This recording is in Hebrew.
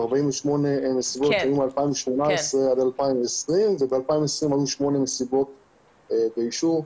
ה-48 מסיבות שהיו מ-2018 עד 2020 ובשנת 2020 היו שמונה מסיבות באישור,